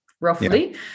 roughly